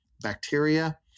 bacteria